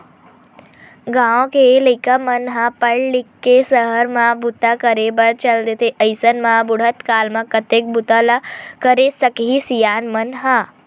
गाँव के लइका मन ह पड़ लिख के सहर म बूता करे बर चल देथे अइसन म बुड़हत काल म कतेक बूता ल करे सकही सियान मन ह